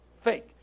fake